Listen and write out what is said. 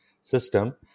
system